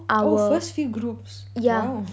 oh first few groups !wow!